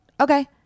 okay